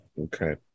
Okay